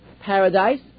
paradise